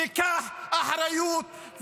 תיקח אחריות,